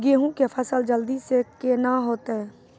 गेहूँ के फसल जल्दी से के ना होते?